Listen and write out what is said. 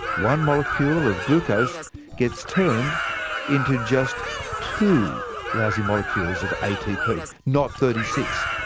one molecule of glucose gets turned into just two lousy molecules of atp not thirty six.